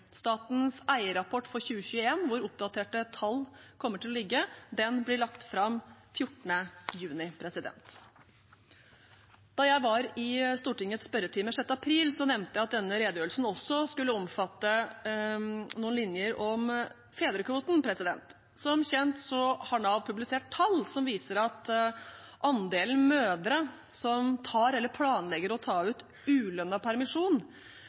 Statens eierrapport for 2021, hvor oppdaterte tall kommer til å ligge, blir lagt fram 14. juni. Da jeg var i Stortingets spørretime 6. april, nevnte jeg at denne redegjørelsen også skulle omfatte noen linjer om fedrekvoten. Som kjent har Nav publisert tall som viser at andelen mødre som tar eller planlegger å ta ut ulønnet permisjon,